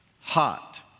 hot